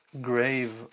grave